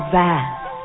vast